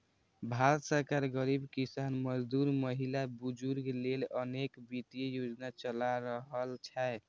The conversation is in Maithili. भारत सरकार गरीब, किसान, मजदूर, महिला, बुजुर्ग लेल अनेक वित्तीय योजना चला रहल छै